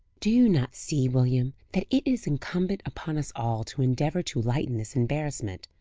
do you not see, william, that it is incumbent upon us all to endeavour to lighten this embarrassment,